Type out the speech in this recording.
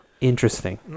Interesting